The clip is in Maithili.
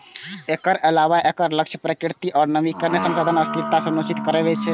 एकर अलावे एकर लक्ष्य प्राकृतिक आ नवीकरणीय संसाधनक स्थिरता सुनिश्चित करब सेहो छै